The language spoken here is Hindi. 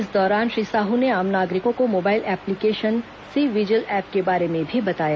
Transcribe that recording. इस दौरान श्री साहू ने आम नागरिकों को mobile application C vigil app के बारे में भी बताया